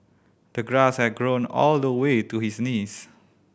the grass had grown all the way to his knees